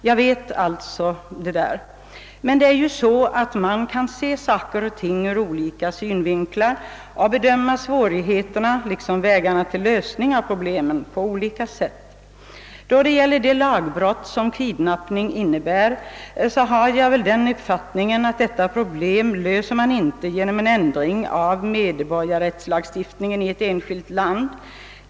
Jag vet alltså detta, men man kan ju se saker och ting ur olika synvinklar och bedöma svårigheterna och vägarna till en lösning av problemen på olika sätt. Då det gäller det lagbrott som kidnapping innebär har jag den uppfattningen att man inte löser det problemet genom en ändring av medborgarrättslagstiftningen i ett enskilt land.